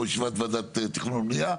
או ישיבת וועדת תכנון ובנייה,